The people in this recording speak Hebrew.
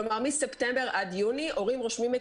כלומר מספטמבר עד יוני הורים רושמים את